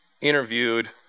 interviewed